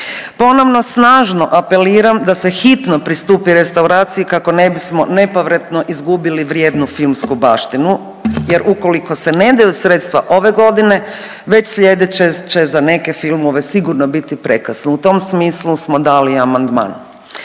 Ponovno snažno apeliram da se hitno pristupi restauraciji kako ne bismo nepovratno izgubili vrijednu filmsku baštinu, jer ukoliko se ne daju sredstva ove godine već sljedeće će za neke filmove sigurno biti prekasno. U tom smislu smo dali i amandman.